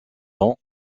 ans